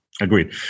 Agreed